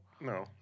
No